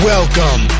Welcome